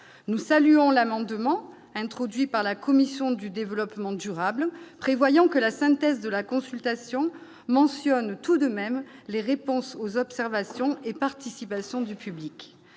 nous saluons l'amendement introduit par la commission du développement durable, prévoyant que la synthèse de la consultation mentionne tout de même, les réponses aux observations et participation du public,